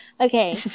Okay